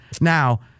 Now